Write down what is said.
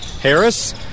Harris